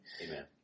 Amen